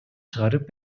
чыгарып